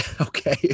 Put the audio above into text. okay